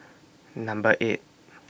Number eight